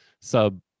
sub